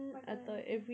makanan makan